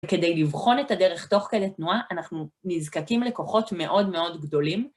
כדי לבחון את הדרך תוך כדי תנועה, אנחנו נזקקים לכוחות מאוד מאוד גדולים.